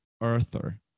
Arthur